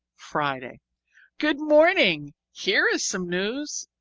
friday good morning! here is some news!